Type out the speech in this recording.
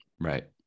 Right